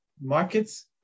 markets